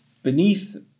Beneath